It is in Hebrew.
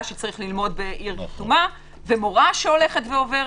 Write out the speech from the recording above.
שצריך ללמוד בעיר כתומה ומורה שעוברת.